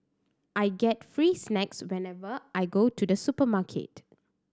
I get free snacks whenever I go to the supermarket